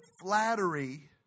flattery